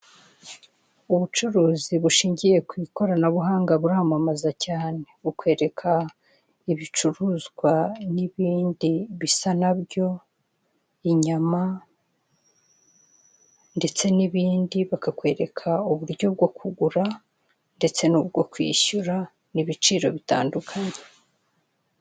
Ubucuruzi bushingiye kw'ikoranabuhanga buramamaza cyane, bukwereka ibicuruzwa n'ibindi bisa nabyo inyama ndetse n'ibindi. Bakakwereka uburyo bwo kugura ndetse n'ubwo kwishyura n'ibiciro bitandukanye.